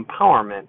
empowerment